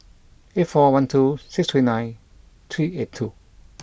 eight four one two six three nine three eight two